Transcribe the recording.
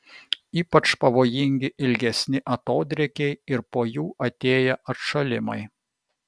ypač pavojingi ilgesni atodrėkiai ir po jų atėję atšalimai